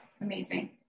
Amazing